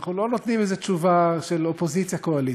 אנחנו לא נותנים לזה תשובה של אופוזיציה קואליציה: